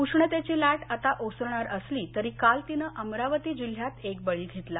उष्णतेची लाट आता ओसरणार असली तरी काल तिनं अमरावती जिल्ह्यात एक बळी घेतला